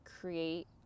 create